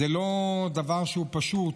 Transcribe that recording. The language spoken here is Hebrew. זה לא דבר שהוא פשוט,